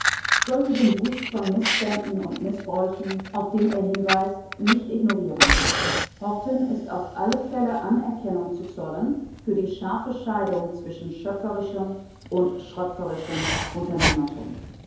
sollte den wust von mißständen und mißbräuchen auf den er hinweist nicht ignorieren horten ist auf alle fälle anerkennung zu zollen für die scharfe scheidung zwischen schöpferischem und schröpferischem unternehmertum